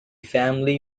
family